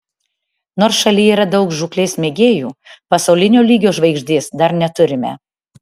nors šalyje yra daug žūklės mėgėjų pasaulinio lygio žvaigždės dar neturime